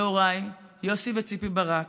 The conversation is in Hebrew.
להוריי יוסי וציפי ברק,